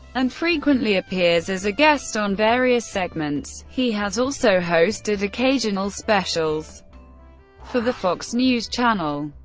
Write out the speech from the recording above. and frequently appears as a guest on various segments he has also hosted occasional specials for the fox news channel.